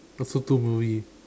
oh so two movies